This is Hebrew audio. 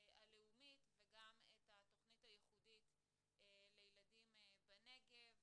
וגם את התכנית הייחודית לילדים בנגב.